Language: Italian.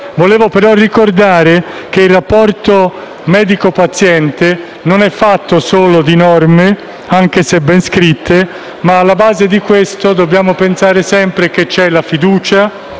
Voglio però ricordare che il rapporto medico-paziente non è fatto solo di norme, anche se ben scritte: alla base di questo dobbiamo pensare sempre che ci